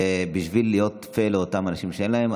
בשביל להיות פה לאותם אנשים שאין להם.